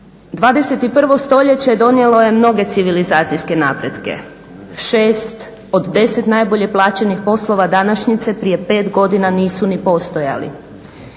21. stoljeće donijelo je mnoge civilizacijske napretke, 6 od 10 najbolje plaćenih poslova današnjice, prije 5 godina nisu ni postojali.